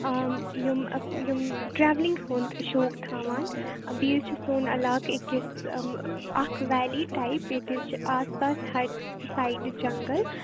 آ یِم یِم ٹرٛاولِنٛگ ہُنٛد شوق تھاوان بیٚیہِ حظ چھُ سون علاقہٕ أکِس اَکھ ویلی ٹایِپ ییٚتہِ حظ چھُ آس پاس ساے سایِڈٕ جَنٛگَل